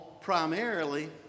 primarily